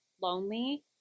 lonely